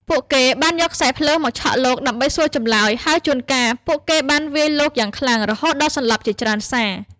ពួកគេបាន យកខ្សែភ្លើងមកឆក់លោក ដើម្បីសួរចម្លើយ ហើយជួនកាល ពួកគេបានវាយលោកយ៉ាងខ្លាំង រហូតដល់សន្លប់ជាច្រើនសារ។